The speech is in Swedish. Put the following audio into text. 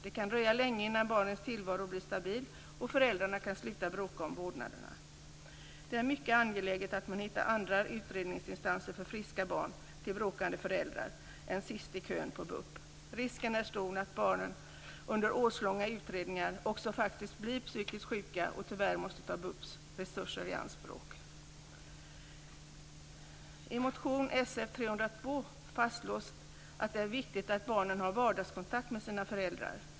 Det kan dröja länge innan barnens tillvaro blir stabil och föräldrarna kan sluta bråka om vårdnaden. Det är mycket angeläget att man hittar andra utredningsinstanser för friska barn till bråkande föräldrar än sist i kön på BUP. Risken är stor att barnen under årslånga utredningar faktiskt också blir psykiskt sjuka och tyvärr måste ta BUP:s resurser i anspråk. I motion Sf302 fastslås att det är viktigt att barnen har vardagskontakt med sina föräldrar.